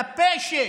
טפשת.